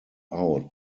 out